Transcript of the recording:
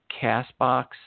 CastBox